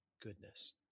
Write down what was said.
goodness